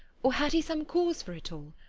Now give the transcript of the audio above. or had he some cause for it all?